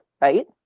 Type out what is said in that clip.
right